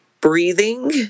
breathing